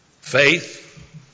Faith